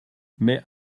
mais